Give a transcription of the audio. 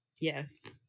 yes